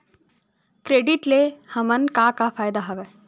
Credit ले हमन का का फ़ायदा हवय?